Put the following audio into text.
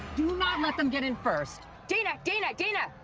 do not let them get in first. dana, dana, dana!